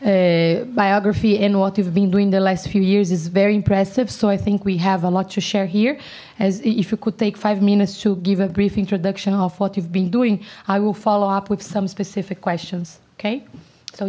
doing the last few years is very impressive so i think we have a lot to share here as if we could take five minutes to give a brief introduction of what we've been doing i will follow up with some specific questions okay so